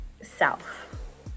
self